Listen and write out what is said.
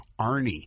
Arnie